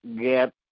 get